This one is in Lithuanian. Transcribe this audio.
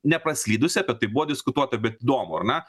ne praslydusi apie tai buvo diskutuota bet įdomu ar ne